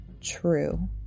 true